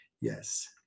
yes